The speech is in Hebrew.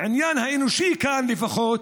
בעניין האנושי כאן, לפחות.